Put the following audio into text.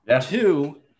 Two